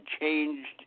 changed